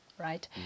right